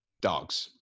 Dogs